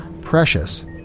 Precious